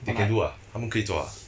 they can do ah 他们可以做 ah